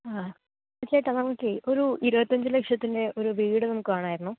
ആ ചേട്ടാ നമുക്ക് ഒരു ഇരുപത്തഞ്ചു ലക്ഷത്തിൻ്റെ ഒരു വീട് നമുക്ക് വേണമായിരുന്നു